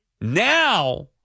Now